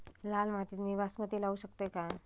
लाल मातीत मी बासमती लावू शकतय काय?